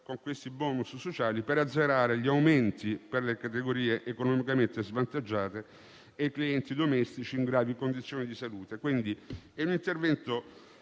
dei *bonus* sociali, di azzerare gli aumenti per le categorie economicamente svantaggiate e i clienti domestici in gravi condizioni di salute. Si tratta quindi di un intervento